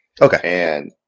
Okay